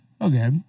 Okay